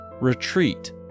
Retreat